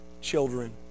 children